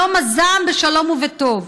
יום הזעם בשלום ובטוב.